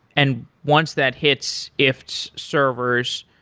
and once that hits iftts's servers,